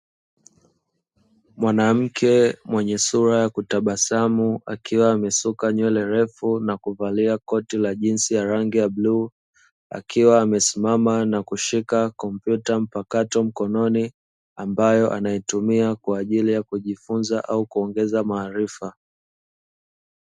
Mwanamke mwenye sura ya kutabasamu, akiwa amesuka nywele ndefu na kuvalia koti la jinzi ya rangi ya bluu. Akiwa amesimama na kushika kompyuta mpakato mkononi, ambayo anaitumia kwa ajili ya kujifunza au kuongeza maarifa.